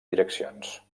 direccions